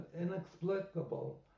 inexplicable